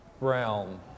realm